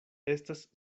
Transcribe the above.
estas